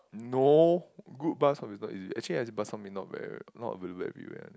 no good bak-chor-mee is not easy actually bak-chor-mee not bad not really bad view eh